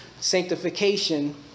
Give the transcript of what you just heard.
sanctification